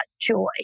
joy